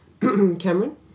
Cameron